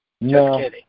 No